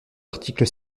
l’article